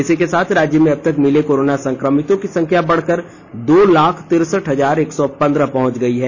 इसी के साथ राज्य में अबतक मिले कोरोना संक्रमितों की संख्या बढ़कर दो लाख तिरसठ हजार एक सौ पंद्रह पहुंच गई है